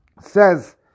says